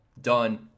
done